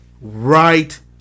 right